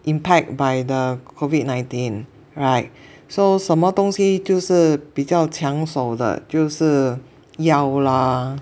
impact by the COVID nineteen right so 什么东西就是比较抢手的就是药啦